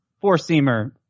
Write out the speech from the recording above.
Four-seamer